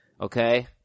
Okay